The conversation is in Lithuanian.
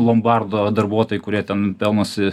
lombardo darbuotojai kurie ten pelnosi